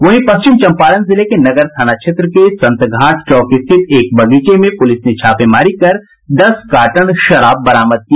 वहीं पश्चिम चंपारण जिले के नगर थाना क्षेत्र में संतघाट चौक स्थित एक बगीचे में पुलिस ने छापेमारी कर दस कार्टन विदेशी शराब बरामद की